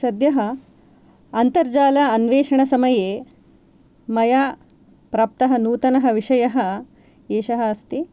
सद्यः अन्तर्जाल अन्वेषणसमये मया प्राप्तः नूतनः विषयः एषः अस्ति